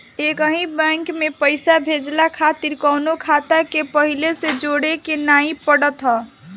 एकही बैंक में पईसा भेजला खातिर कवनो खाता के पहिले से जोड़े के नाइ पड़त हअ